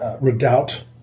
redoubt